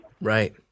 Right